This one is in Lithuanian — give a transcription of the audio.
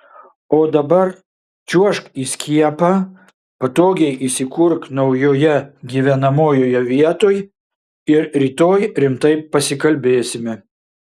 o dabar čiuožk į skiepą patogiai įsikurk naujoje gyvenamoje vietoj ir rytoj rimtai pasikalbėsime